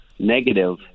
negative